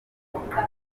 bavuga